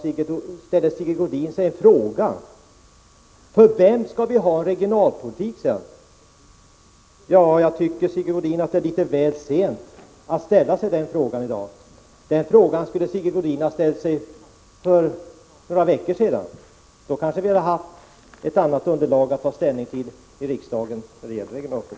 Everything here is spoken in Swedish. Till slut ställer sig Sigge Godin frågan: För vem skall vi ha regionalpolitik? Ja, jag tycker, Sigge Godin, att det är väl sent att ställa sig den frågan i dag. Den skulle Sigge Godin ha ställt sig för några veckor sedan. Då hade vi kanske haft ett annat underlag att ta ställning till när det gäller regionalpolitiken.